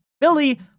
Billy